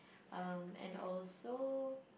um and also